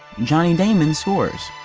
johnny damon scores!